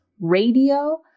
radio